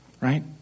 right